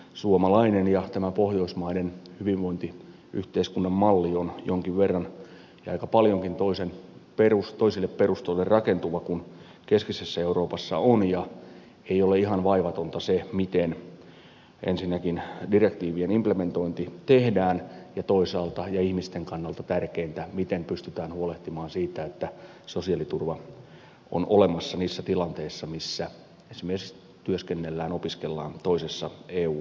suomalainen ja tämä pohjoismainen hyvinvointiyhteiskunnan malli on jonkin verran ja aika paljonkin toiselle perustalle rakentuva kuin keskisessä euroopassa on ja ei ole ihan vaivatonta se miten ensinnäkin direktiivien implementointi tehdään ja toisaalta ja ihmisten kannalta tärkeintä miten pystytään huolehtimaan siitä että sosiaaliturva on olemassa niissä tilanteissa missä esimerkiksi työskennellään opiskellaan toisessa eun jäsenmaassa